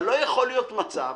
אבל לא יכול להיות מצב,